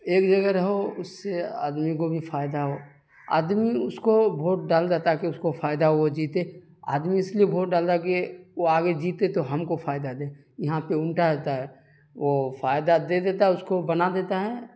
ایک جگہ رہو اس سے آدمی کو بھی فائدہ ہو آدمی اس کو بھوٹ ڈال دیتا ہے کہ اس کو فائدہ ہو وہ جیتے آدمی اس لیے بھوٹ ڈالتا ہے کہ وہ آگے جیتے تو ہم کو فائدہ دے یہاں پہ الٹا رہتا ہے وہ فائدہ دے دیتا ہے اس کو بنا دیتا ہیں